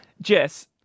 jess